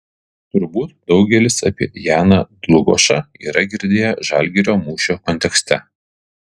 turbūt daugelis apie janą dlugošą yra girdėję žalgirio mūšio kontekste